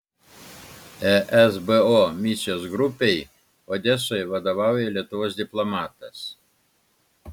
esbo misijos grupei odesoje vadovauja lietuvos diplomatas